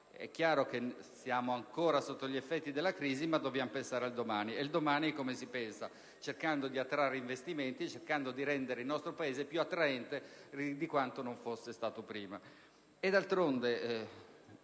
è chiaro che stiamo ancora sotto gli effetti della crisi, ma dobbiamo pensare al domani. E al domani come si pensa? Cercando di attrarre investimenti e di rendere il nostro Paese più attraente di quanto non fosse stato prima.